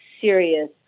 serious